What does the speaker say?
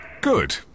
Good